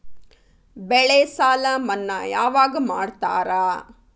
ಬೆಳೆ ಸಾಲ ಮನ್ನಾ ಯಾವಾಗ್ ಮಾಡ್ತಾರಾ?